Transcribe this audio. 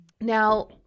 Now